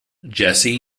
jesse